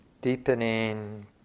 deepening